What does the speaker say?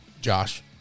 Josh